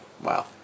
Wow